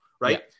right